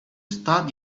start